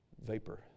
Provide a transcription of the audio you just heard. vapor